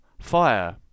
fire